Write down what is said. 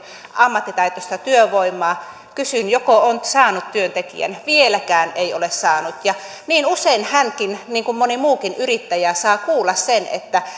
ammattitaitoista työvoimaa kysyin joko on saanut työntekijän vieläkään ei ole saanut ja niin usein hänkin niin kuin moni muukin yrittäjä saa kuulla sen että